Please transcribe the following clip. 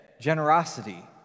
Generosity